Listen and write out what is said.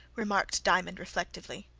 remarked diamond reflectively.